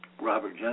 Robert